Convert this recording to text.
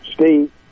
steve